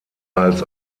als